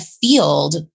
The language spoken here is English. field